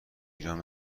ایران